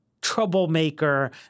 troublemaker